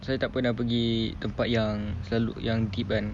saya tak pernah pergi tempat yang selalu yang deep kan